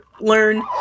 learn